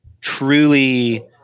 truly